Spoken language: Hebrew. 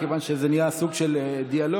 מכיוון שזה נהיה סוג של דיאלוג,